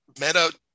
meta